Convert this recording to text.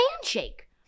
handshake